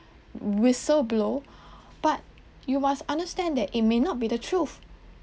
whistle blow but you must understand that it may not be the truth